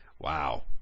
Wow